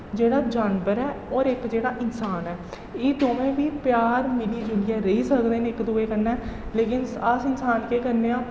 जेह्ड़ा जानवर ऐ होर इक जेह्ड़ा इंसान ऐ एह् दोवें बी प्यार मिली जुलियै रेही सकदे न इक दूए कन्नै लेकिन अस इंसान केह् करने आं